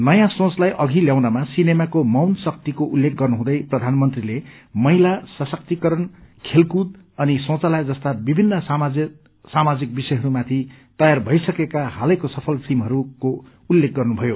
नयाँ सोचलाई अधि ल्याउनमा सिनेमाको मौन शक्तिको उल्लेख गर्नुहुँदै प्रधानमन्त्रीले महिला सशक्तिकरण खेलकूद अनि शौचालय जस्ता विभिन्न सामाजिक विषयहरू माथि तयार भइसकेका हालैको सफल फिल्महरूको उल्लेख गर्नुभयो